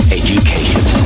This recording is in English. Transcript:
education